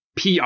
PR